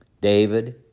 David